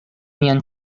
mian